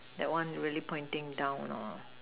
that one really pointing down or not